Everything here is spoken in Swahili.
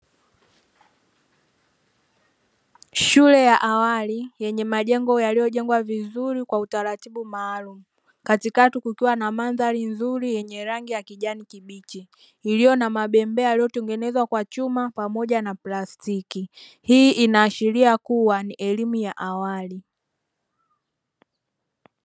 Shule ya awali yenye majengo yaliyojengwa vizuri kwa utaratibu maalumu, katikati kukiwa na mandhari nzuri yenye rangi ya kijani kibichi iliyo na mabembea yaliyotengenezwa kwa chuma pamoja na plastiki; hii inaashiria kuwa ni elimu ya awali.